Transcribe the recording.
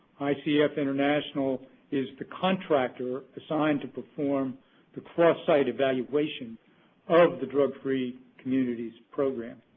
icf international is the contractor assigned to perform the cross-site evaluation of the drug free communities program.